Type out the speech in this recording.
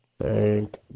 thank